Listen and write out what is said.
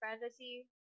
fantasy